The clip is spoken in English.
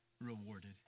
rewarded